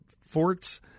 forts